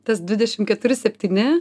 tas dvidešim keturi septyni